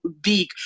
big